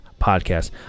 podcast